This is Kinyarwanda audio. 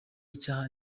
icyaha